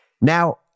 Now